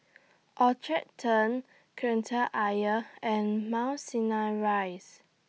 Orchard Turn Kreta Ayer and Mount Sinai Rise